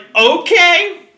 okay